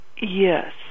Yes